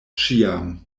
ĉiam